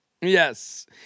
Yes